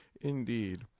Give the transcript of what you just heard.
Indeed